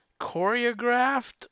choreographed